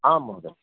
आं महोदय